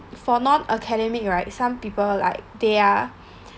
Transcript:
for non academic right some people like they are